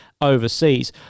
overseas